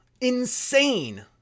Insane